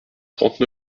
trente